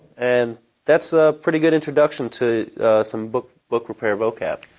and that's a pretty good introduction to some book book repair vocab.